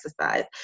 exercise